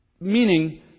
meaning